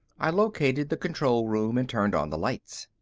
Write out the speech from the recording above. i located the control room and turned on the lights.